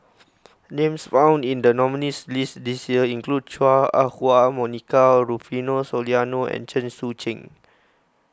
names found in the nominees' list this year include Chua Ah Huwa Monica Rufino Soliano and Chen Sucheng